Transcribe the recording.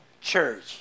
church